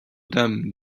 dame